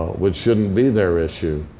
which shouldn't be their issue.